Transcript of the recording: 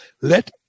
Let